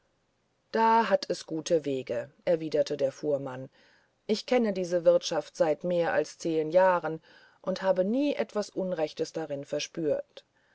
da hat es gute wege erwiderte der fuhrmann ich kenne diese wirtschaft seit mehr als zehen jahren und habe nie etwas unrechtes darin verspürt